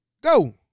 go